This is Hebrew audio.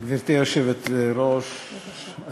גברתי היושבת-ראש,